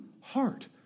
heart